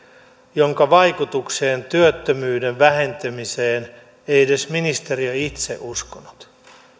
jonka vaikutukseen työttömyyden vähentymiseen ei edes ministeriö itse uskonut